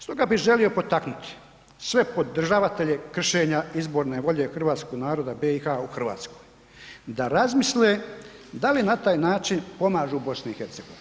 Stoga bih želio potaknuti sve podržavatelje kršenja izborne volje hrvatskog naroda BiH u Hrvatskoj da razmisle da li na taj način pomažu BiH.